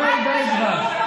מאי, די כבר.